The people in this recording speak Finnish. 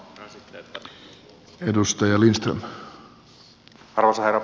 arvoisa herra puhemies